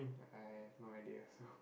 I have no idea so